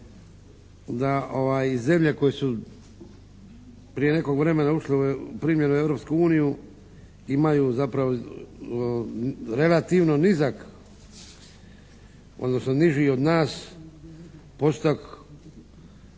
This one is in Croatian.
da zemlje koje su prije nekog vremena ušle, primljene u Europsku uniju imaju zapravo relativno nizak, odnosno niži od nas postotak